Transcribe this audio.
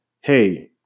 hey